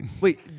Wait